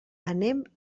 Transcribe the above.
anem